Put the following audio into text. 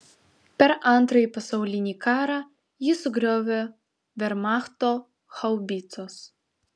per antrąjį pasaulinį karą jį sugriovė vermachto haubicos